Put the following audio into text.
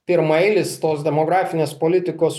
pirmaeilis tos demografinės politikos